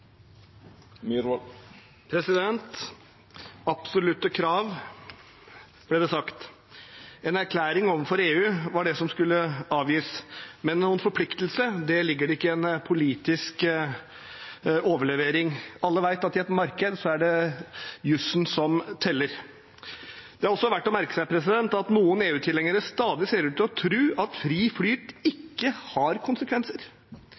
sagt. En erklæring overfor EU var det som skulle avgis, men noen forpliktelse ligger det ikke i en politisk overlevering. Alle vet at i et marked er det jussen som teller. Det er også verdt å merke seg at noen EU-tilhengere stadig ser ut til å tro at fri flyt ikke har konsekvenser